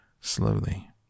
slowly